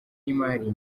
y’imari